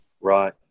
Right